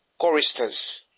choristers